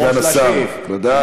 להשיב, סגן השר, ודאי.